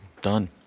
Done